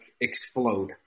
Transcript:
explode